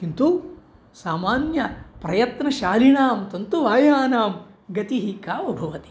किन्तु सामान्य प्रयत्नशालिनां तन्तुवायानां गतिः का वा भवति